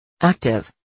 Active